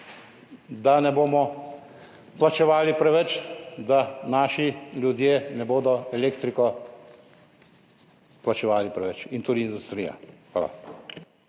da ne bomo plačevali preveč, da naši ljudje ne bodo elektrike plačevali preveč, in tudi industrija. Hvala.